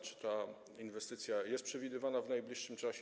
Czy ta inwestycja jest przewidywana w najbliższym czasie?